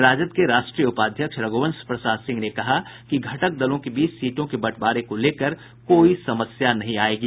राजद के राष्ट्रीय उपाध्यक्ष रघुवंश प्रसाद सिंह ने कहा कि घटक दलों के बीच सीटों के बटंवारे को लेकर कोई समस्या नहीं आयेगी